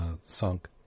sunk